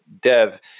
dev